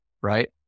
right